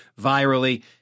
virally